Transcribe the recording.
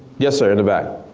yes sir, in the back.